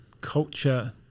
culture